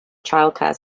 childcare